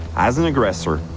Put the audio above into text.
as an aggressor,